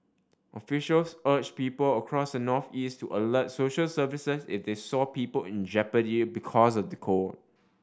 officials urged people across the northeast to alert social services if they saw people in jeopardy because of the cold